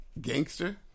Gangster